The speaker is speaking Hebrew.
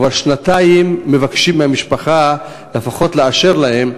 כבר שנתיים מבקשים מהמשפחה לפחות לאשר להם,